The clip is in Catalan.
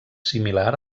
similar